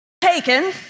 taken